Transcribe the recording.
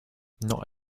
not